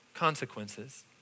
Consequences